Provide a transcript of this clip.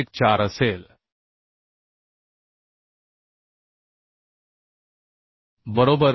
14 असेल बरोबर